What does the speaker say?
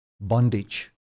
bondage